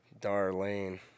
Darlene